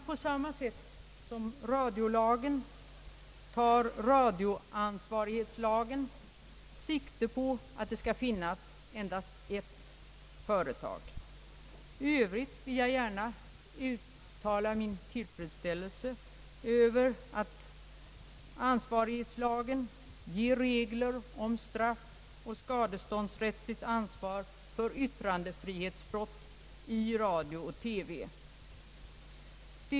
På samma sätt som radiolagen tar radioansvarighetslagen sikte på att det skall finnas endast ett företag. I övrigt vill jag gärna uttala min tillfredsställelse över att ansvarighetslagen ger regler om straff och skadeståndsrätt vid ansvar för yttrandefrihetsbrott i radio och TV.